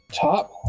top